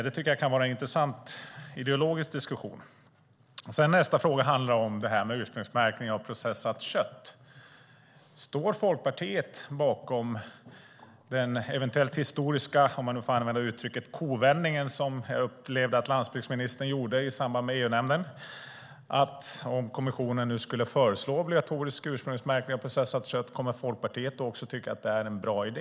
Det kan vara en intressant ideologisk diskussion. Nästa fråga handlar om ursprungsmärkning av processat kött. Står Folkpartiet bakom den eventuellt historiska, om jag får använda uttrycket, kovändning som jag upplevde att landsbygdsministern gjorde i EU-nämnden? Om kommissionen nu skulle föreslå obligatorisk ursprungsmärkning av processat kött, kommer Folkpartiet då också att tycka att det är en bra idé?